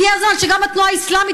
הגיע הזמן שגם התנועה האסלאמית,